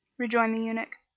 rejoined the eunuch,